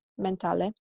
mentale